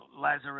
Lazarus